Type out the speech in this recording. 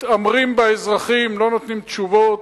מתעמרים באזרחים, לא נותנים תשובות,